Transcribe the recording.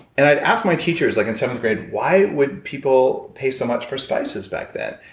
and i'd asked my teachers, like in seventh grade, why would people pay so much for spices back then?